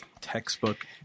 Textbook